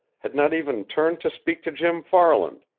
had not even turned to speak to jim farland,